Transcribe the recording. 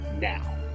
now